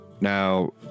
Now